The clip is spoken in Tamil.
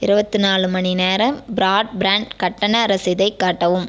இருபத்து நாலு மணி நேரம் பிராட்பேண்ட் கட்டண ரசீதைக் காட்டவும்